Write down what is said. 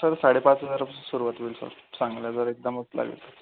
sir साडेपाच हजारापासून सुरुवात होईल सर चांगल्या जर एकदम लागत असल्या तर